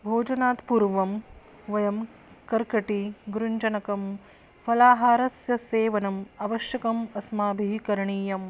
भोजनात् पूर्वं वयं कर्कटि गृञ्जनकं फलाहारस्य सेवनम् अवश्यम् अस्माभिः करणीयम्